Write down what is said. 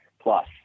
plus